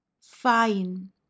fine